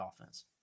offense